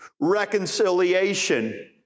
reconciliation